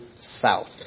south